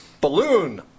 Balloon